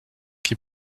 qui